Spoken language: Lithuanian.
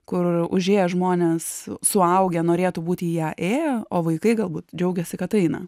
kur užėję žmonės suaugę norėtų būti į ją ėję o vaikai galbūt džiaugėsi kad eina